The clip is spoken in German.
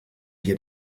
hier